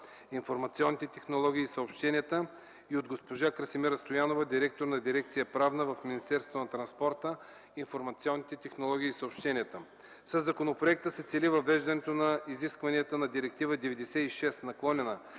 иформационните технологии и съобщенията, и от госпожа Красимира Стоянова – директор на дирекция „Правна” в Министерството на транспорта, информационните технологии и съобщенията. Със законопроекта се цели въвеждането на изискванията на Директива 96/67/ЕО на